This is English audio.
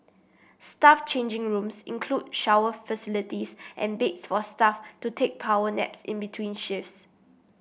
staff changing rooms include shower facilities and beds for staff to take power naps in between shifts